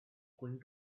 going